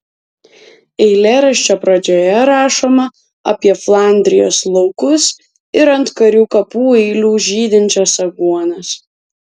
eilėraščio pradžioje rašoma apie flandrijos laukus ir ant karių kapų eilių žydinčias aguonas